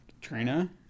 Trina